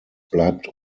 bleibt